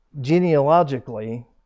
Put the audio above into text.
genealogically